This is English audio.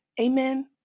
amen